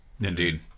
indeed